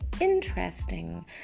interesting